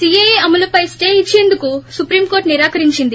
CAA అమలుపై stay ఇచ్చేందుకు Supreme Court నిరాకరించింది